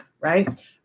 right